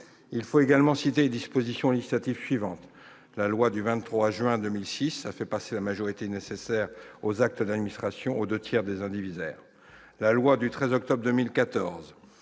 Il faut également citer les dispositions législatives suivantes : la loi du 23 juin 2006 a fait passer la majorité nécessaire aux actes d'administration aux deux tiers des indivisaires ; la loi du 13 octobre 2014